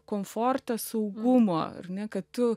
komfortą saugumo ar ne kad tu